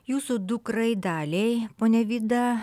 jūsų dukrai daliai ponia vida